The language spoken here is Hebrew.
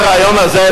ודמוקרטית.